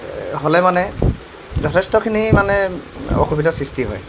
হ'লে মানে যথেষ্টখিনি মানে অসুবিধাৰ সৃষ্টি হয়